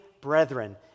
brethren